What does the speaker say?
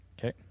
Okay